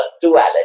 duality